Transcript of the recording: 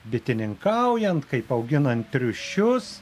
bitininkaujant kaip auginant triušius